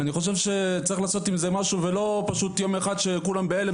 צריך לעשות משהו ולא רק כשילד מתאבד, כולם בהלם,